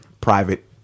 private